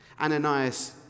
Ananias